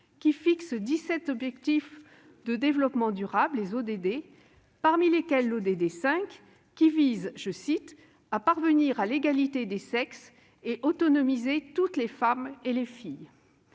qui fixe 17 objectifs de développement durable (ODD), parmi lesquels l'ODD 5 qui vise à « parvenir à l'égalité des sexes et autonomiser toutes les femmes et les filles ».